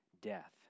death